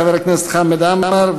חבר הכנסת חמד עמאר,